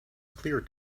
clear